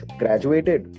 graduated